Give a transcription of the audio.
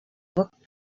book